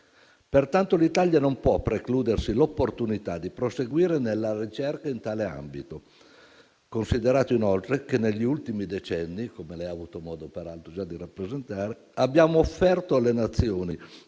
Pertanto, l'Italia non può precludersi l'opportunità di proseguire nella ricerca in tale ambito, considerato inoltre che, negli ultimi decenni - come lei ha già avuto modo peraltro di rappresentare - abbiamo offerto alle Nazioni